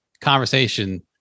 conversation